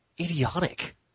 idiotic